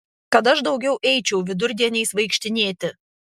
kad aš daugiau eičiau vidurdieniais vaikštinėti